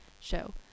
show